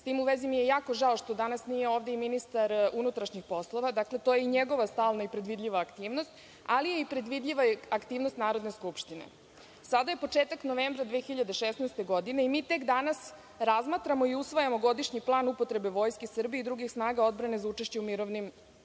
S tim u vezi mi je jako žao što danas nije ovde i ministar unutrašnjih poslova, to je i njegova stalna i predvidljiva aktivnost, ali je i predvidljiva aktivnost Narodne skupštine. Sada je početak novembra 2016. godine i mi tek danas razmatramo i usvajamo godišnji plan upotrebe Vojske Srbije i drugih snaga odbrane za učešće u mirovnim misijama.